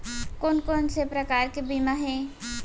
कोन कोन से प्रकार के बीमा हे?